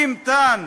אי-מתן